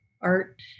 art